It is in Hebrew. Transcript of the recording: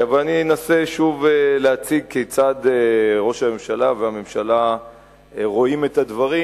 אבל אני אנסה שוב להציג כיצד ראש הממשלה והממשלה רואים את הדברים,